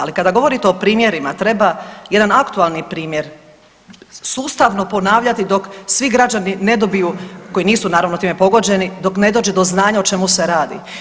Ali kada govorite o primjerima treba jedan aktualni primjer sustavno ponavljati dok svi građani ne dobiju koji nisu naravno time pogođeni dok ne dođe do znanja o čemu se radi.